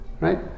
right